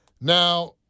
Now